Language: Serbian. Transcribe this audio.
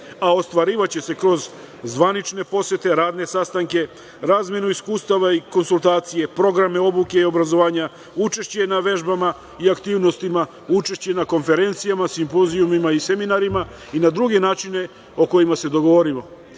Ostvarivaće se kroz zvanične posete, radne sastanke, razmenu iskustava i konsultacije, programe obuke i obrazovanja, učešće na vežbama i aktivnostima, učešće na konferencijama, simpozijumima i seminarima i na drugi načine o kojima se dogovorimo,